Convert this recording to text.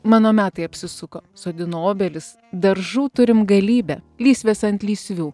mano metai apsisuko sodino obelis daržų turim galybę lysvės ant lysvių